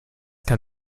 kann